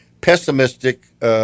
pessimistic –